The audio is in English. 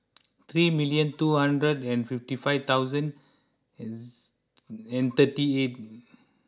three million two hundred and fifty five thousand and thirty eight